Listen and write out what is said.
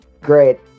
great